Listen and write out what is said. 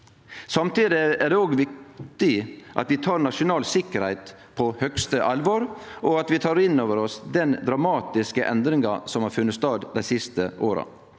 Samtidig er det òg viktig at vi tek nasjonal sikkerheit på høgste alvor, og at vi tek inn over oss den dramatiske endringa som har funne stad dei siste åra.